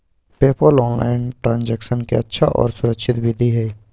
PayPal online transaction के अच्छा और सुरक्षित विधि हई